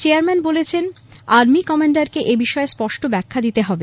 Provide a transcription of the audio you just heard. chairman বলেছেন army ক্যামান্ডারকে এবিষয়ে স্পষ্ট ব্যাখ্যা দিতে হবে